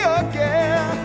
again